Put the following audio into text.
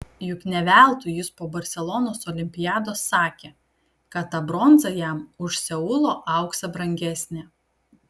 juk ne veltui jis po barselonos olimpiados sakė kad ta bronza jam už seulo auksą brangesnė